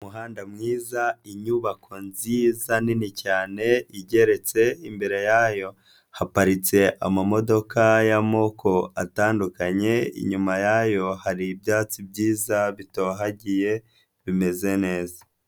Umuhanda mwiza inyubako nziza nini cyane igeretse imbere yayo, haparitse amamodoka y'amoko atandukanye, inyuma yayo hari ibyatsi byiza bitohagiye, bimeze neza.